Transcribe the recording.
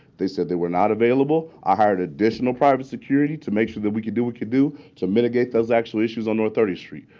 they said they were not available. i hired additional private security to make sure that we could do what we could do to mitigate those actual issues on north thirtieth street.